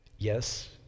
Yes